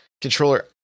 controller